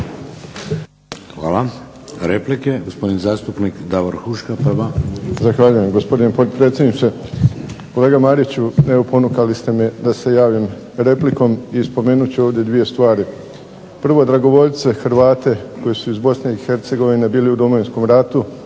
Hvala. Replike gospodin zastupnik Davor Huška, prva. **Huška, Davor (HDZ)** Zahvaljujem gospodine potpredsjedniče. Kolega Mariću, evo ponukali ste me da se javim replikom i spomenut ću ovdje dvije stvari. Prvo dragovoljce, Hrvate koji su iz Bosne i Hercegovine bili u Domovinskom ratu